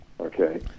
okay